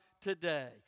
today